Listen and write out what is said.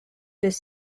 this